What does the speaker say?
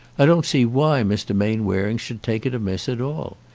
i don't see why mr. mainwaring should take it amiss at all.